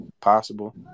possible